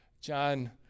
John